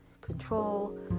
control